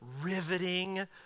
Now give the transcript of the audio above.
riveting